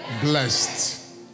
Blessed